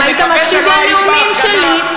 אם היית מקשיב לנאומים שלי,